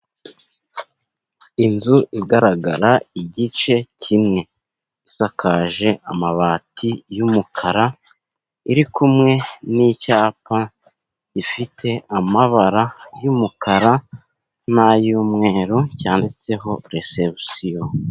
Inzu igaragara igice kimwe isakaje amabati y'umukara , iri kumwe nicyapa gifite amabara y'umukara n'ay'umweru ,yanditseho resebusiyo.